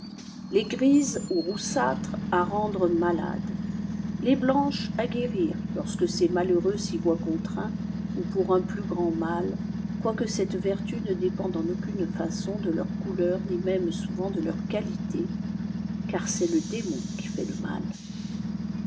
les grises bu roussâtres à rendre malade les blanches à guérir lorsque ces malheureux s'y voient èontmfrti ou jpout un plus grand mal quoique cette vertu ne dépende et aucune leon de leur couleur ni même souvent de ïéurs qualités car e est le démon qui fait le mal